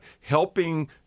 helping